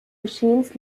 geschehens